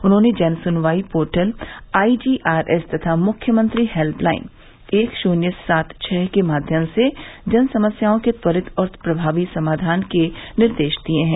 उन्होंने जन सुनवाई पोर्टल आईजीआरएस तथा मुख्यमंत्री हेल्य लाइन एक शून्य सात छ के माध्यम से जन समस्याओं के त्वरित और प्रभावी समाधान के निर्देश दिये है